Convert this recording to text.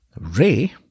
Ray